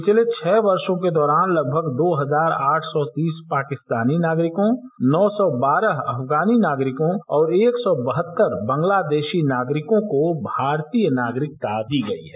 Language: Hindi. पिछले छह वर्षों के दौरान लगभग दो हजार आठ सौ तीस पाकिस्तानी नागरिकों नौ सौ बारह अफगानी नागरिकों और एक सौ बहत्तर बांग्लादेशी नागरिकों को भारतीय नागरिकता दी गयी है